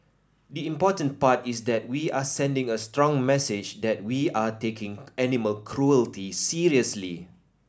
the important part is that we are sending a strong message that we are taking animal cruelty seriously